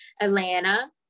Atlanta